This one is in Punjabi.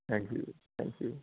thank you ji thank you